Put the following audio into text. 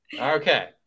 okay